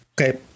Okay